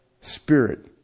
Spirit